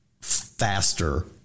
faster